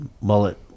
Mullet